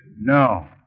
No